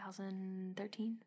2013